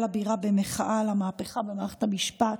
לבירה במחאה על המהפכה במערכת המשפט.